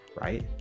right